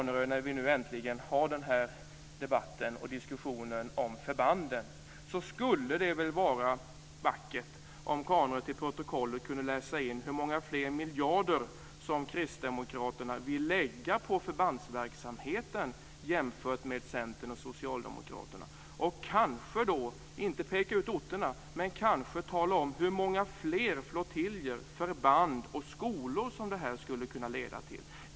När vi nu äntligen har den här debatten och diskussionen om förbanden skulle det ändå vara vackert om Åke Carnerö till protokollet kunde läsa in hur många fler miljarder Kristdemokraterna vill lägga på förbandsverksamheten jämfört med Centern och Kanske kunde ni, inte peka ut orterna, men tala om hur många fler flottiljer, förband och skolor som det här skulle kunna leda till.